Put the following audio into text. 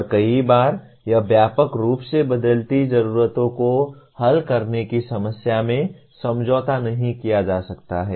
और कई बार यह व्यापक रूप से बदलती जरूरतों को हल करने की समस्या में समझौता नहीं किया जा सकता है